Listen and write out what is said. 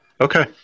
Okay